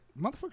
motherfucker